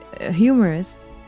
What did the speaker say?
humorous